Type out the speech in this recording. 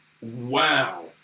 Wow